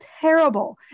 terrible